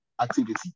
activity